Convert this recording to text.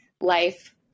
life